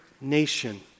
nation